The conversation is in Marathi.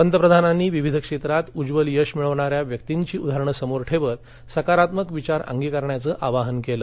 पंतप्रधानांनी विविध क्षेत्रात उज्जवल यश मिळवणाऱ्या व्यक्तींची उदाहरणं समोर ठेवत सकारात्मक विचार अंगिकारण्याचं आवाहन केलं